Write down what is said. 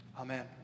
Amen